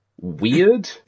weird